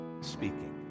speaking